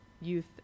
youth